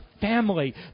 family